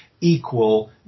equal